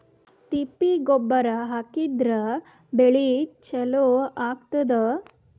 ತಿಪ್ಪಿ ಗೊಬ್ಬರ ಹಾಕಿದ್ರ ಬೆಳಿ ಚಲೋ ಆಗತದ?